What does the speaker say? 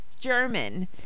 German